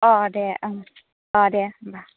अ' दे उम अ' दे होमबा